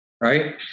right